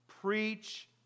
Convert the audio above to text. Preach